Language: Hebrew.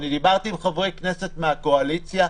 דיברתי עם חברי כנסת מהקואליציה.